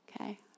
Okay